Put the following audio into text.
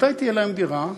מתי תהיה להם דירה,